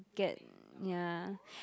get ya